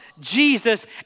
Jesus